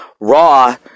Raw